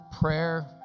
prayer